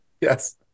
Yes